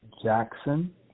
Jackson